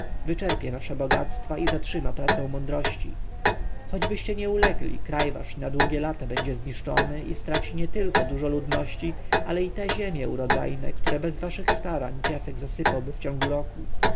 wojną wyczerpie nasze bogactwa i zatrzyma pracę mądrości choćbyście nie ulegli kraj wasz na długie lata będzie zniszczony i straci nietylko dużo ludności ale i te ziemie urodzajne które bez waszych starań piasek zasypałby w ciągu roku